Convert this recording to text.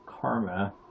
karma